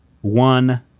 one